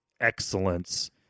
excellence